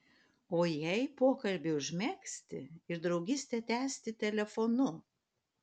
o jei pokalbį užmegzti ir draugystę tęsti telefonu